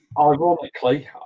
Ironically